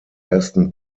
ersten